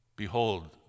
Behold